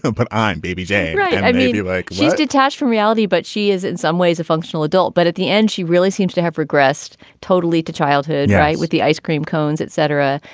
and but i'm baby j yeah maybe like she's detached from reality, but she is in some ways a functional adult. but at the end, she really seems to have regressed totally to childhood. right. with the ice cream cones, et cetera.